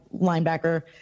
linebacker